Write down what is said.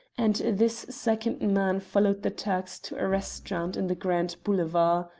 and this second man followed the turks to a restaurant in the grand boulevard.